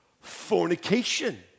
fornication